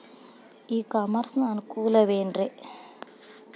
E commerce ನ ಅನುಕೂಲವೇನ್ರೇ?